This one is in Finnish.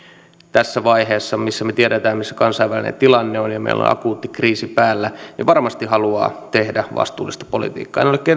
tässä vaiheessa kun me tiedämme mikä kansainvälinen tilanne on ja meillä on akuutti kriisi päällä varmasti haluavat tehdä vastuullista politiikkaa en ole